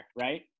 right